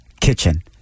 kitchen